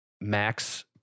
max